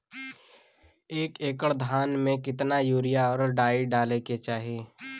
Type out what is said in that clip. एक एकड़ धान में कितना यूरिया और डाई डाले के चाही?